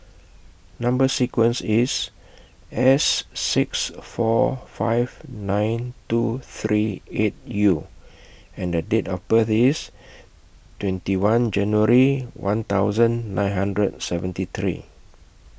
Number sequence IS S six four five nine two three eight U and The Date of birth IS twenty one January one thousand nine hundred seventy three